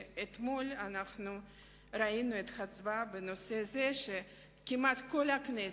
ואתמול ראינו את ההצבעה בנושא הזה שכמעט כל הכנסת,